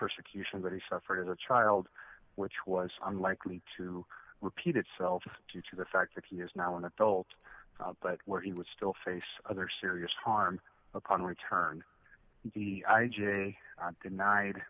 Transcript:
persecution that he suffered as a child which was unlikely to repeat itself due to the fact that he is now an adult but he was still face other serious harm upon return the i j a denied